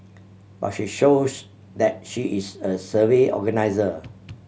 but she shows that she is a savvy organiser